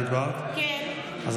לפיד, על